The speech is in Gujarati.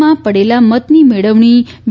માં પડેલા મતની મેળવણી વી